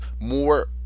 more